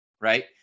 right